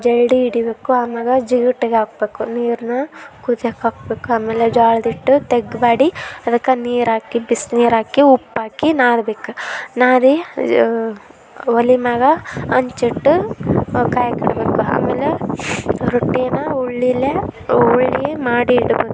ಜರಡಿ ಹಿಡಿಬೇಕು ಆಮೇಲೆ ಜಿಗಟೆಗೆ ಹಾಕ್ಬೇಕು ನೀರನ್ನ ಕುದಿಯೋಕ್ ಹಾಕ್ಬೇಕು ಆಮೇಲೆ ಜೋಳದ್ ಹಿಟ್ಟು ತಗ್ಗು ಮಾಡಿ ಅದಕ್ಕೆ ನೀರು ಹಾಕಿ ಬಿಸ್ನೀರುಹಾಕಿ ಉಪ್ಪಾಕಿ ನಾದಬೇಕು ನಾದಿ ಒಲೆಮೇಲೆ ಹಂಚಿಟ್ಟು ಕಾಯೋಕ್ಕಿಡ್ಬೇಕು ಆಮೇಲೆ ರೊಟ್ಟಿನಾ ಉಳ್ಳಿಲೆ ಉಳ್ಳಿ ಮಾಡಿ ಇಡಬೇಕು